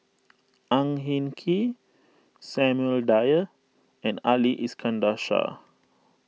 Ang Hin Kee Samuel Dyer and Ali Iskandar Shah